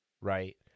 Right